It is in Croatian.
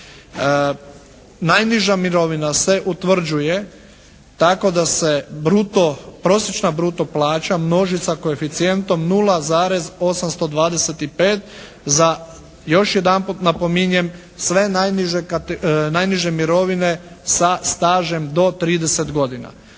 najniža mirovina se utvrđuje tako da se bruto, prosječna bruto plaća množi sa koeficijentom 0,825 za još jedanput napominjem, sve najniže mirovine sa stažom do 30 godina.